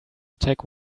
attack